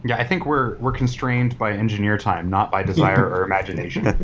yeah i think we're we're constrained by engineering time, not by desire or imagination.